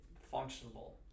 functional